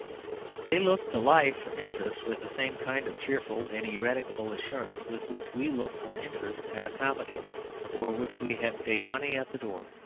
they look to life for interest with the same kind of cheerful and uneradicable assurance with which we look for interest at a comedy for which we have paid money at the door.